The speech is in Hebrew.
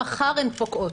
מחר הן פוקעות.